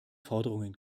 forderungen